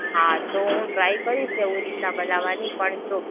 હા તો હું ટ્રાય કરીશ તેવી રીતે બનાવવાની પણ જો